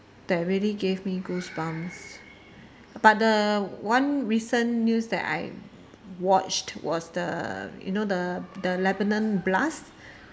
that really gave me goosebumps but the one recent news that I watched was the you know the the lebanon blast